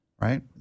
right